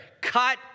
Cut